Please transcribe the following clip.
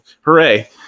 Hooray